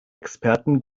experten